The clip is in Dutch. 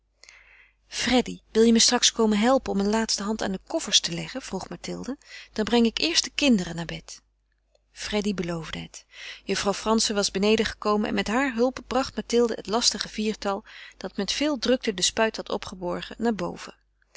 freddy wil je me straks komen helpen om een laatste hand aan de koffers te leggen vroeg mathilde dan breng ik eerst de kinderen naar bed freddy beloofde het juffrouw frantzen was beneden gekomen en met haar hulp bracht mathilde het lastige viertal dat met veel drukte de spuit had opgeborgen naar boven